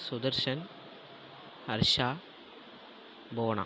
Sudarshan Harsha Bhuvana